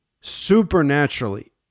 supernaturally